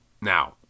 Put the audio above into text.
Now